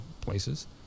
places